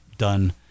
done